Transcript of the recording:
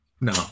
no